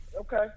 Okay